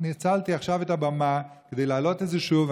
ניצלתי עכשיו את הבמה כדי להעלות את זה שוב.